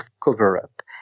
cover-up